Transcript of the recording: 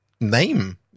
name